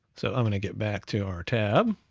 so i'm gonna get back to our tab.